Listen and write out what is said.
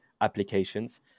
applications